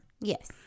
Yes